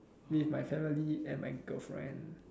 with my family and my girlfriend